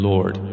Lord